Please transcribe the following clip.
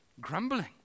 Grumbling